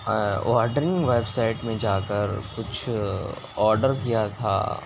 watering website میں جا کر کچھ آڈر کیا تھا